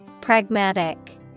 Pragmatic